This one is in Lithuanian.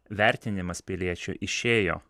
vertinimas piliečių išėjo